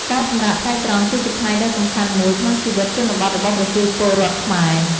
ការសម្រាកថ្ងៃត្រង់គឺជាផ្នែកដ៏សំខាន់មួយក្នុងជីវិតជនបទរបស់ប្រជាពលរដ្ឋខ្មែរ។